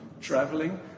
traveling